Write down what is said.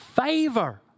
Favor